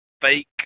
fake